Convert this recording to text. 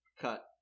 cut